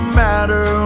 matter